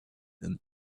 and